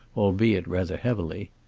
albeit rather heavily.